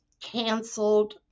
canceled